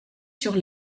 sur